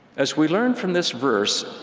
as we learn from this verse,